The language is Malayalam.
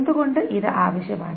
എന്തുകൊണ്ട് ഇത് ആവശ്യമാണ്